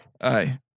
Aye